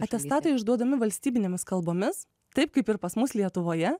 atestatai išduodami valstybinėmis kalbomis taip kaip ir pas mus lietuvoje